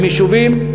הם יישובים,